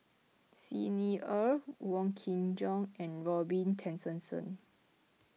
Xi Ni Er Wong Kin Jong and Robin Tessensohn